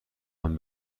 آهن